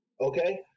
Okay